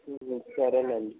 సరేనండి